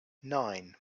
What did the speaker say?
nine